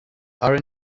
are